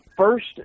first